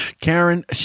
Karen